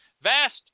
vast